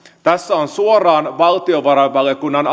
tässä on suoraan valtiovarainvaliokunnan